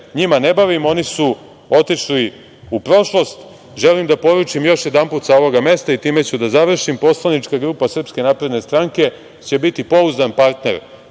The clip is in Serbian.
njima ne bavim, oni su otišli u prošlost. Želim da poručim još jedanput sa ovog mesta i time ću da završim. Poslanička grupa SNS će biti pouzdan partner